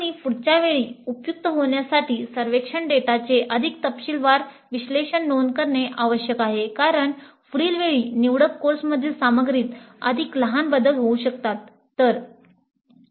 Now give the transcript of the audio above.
आणि पुढच्या वेळी उपयुक्त होण्यासाठी सर्वेक्षण डेटाचे अधिक तपशीलवार विश्लेषण नोंद करणे आवश्यक आहे कारण पुढील वेळी निवडक कोर्समधील सामग्रीत अगदी लहान बदल होऊ शकतात